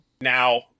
Now